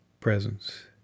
presence